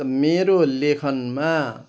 त मेरो लेखनमा